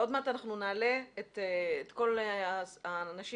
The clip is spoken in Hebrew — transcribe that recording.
עוד מעט נעלה את כל האנשים